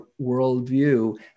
worldview